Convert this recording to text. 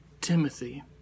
Timothy